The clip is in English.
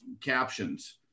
captions